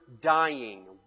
dying